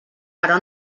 però